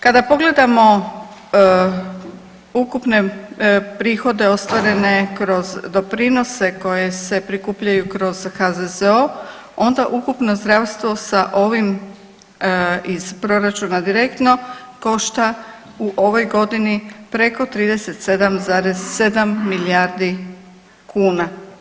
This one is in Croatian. Kada pogledamo ukupne prihode ostvarene kroz doprinose koji se prikupljaju kroz HZZO onda ukupno zdravstvo sa ovim iz proračuna direktno košta u ovoj godini preko 37,7 milijardi kuna.